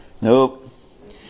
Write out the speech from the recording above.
Nope